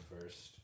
first